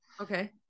okay